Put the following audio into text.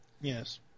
Yes